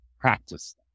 practice